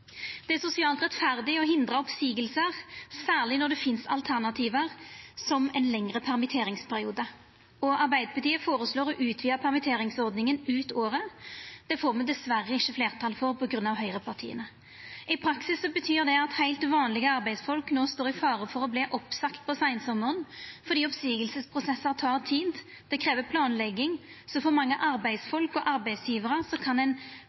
Det er sosialt rettferdig å hindra oppseiingar, særleg når det finst alternativ, som ein lengre permitteringsperiode. Arbeidarpartiet føreslår å utvida permitteringsordninga ut året. Det får me dessverre ikkje fleirtal for på grunn av høgrepartia. I praksis betyr det at heilt vanlege arbeidsfolk no står i fare for å verta oppsagde på seinsommaren, fordi oppseiingsprosessar tek tid, det krev planlegging, så for mange arbeidsfolk og arbeidsgjevarar kan